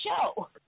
show